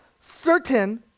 certain